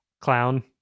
Clown